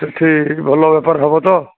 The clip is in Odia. ସେଠି ଭଲ ବେପାର ହେବ ତ